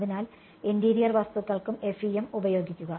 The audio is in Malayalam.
അതിനാൽ ഇന്റീരിയർ വസ്തുക്കൾക്കും FEM ഉപയോഗിക്കുക